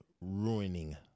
ruining